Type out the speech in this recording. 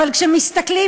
אבל כשמסתכלים,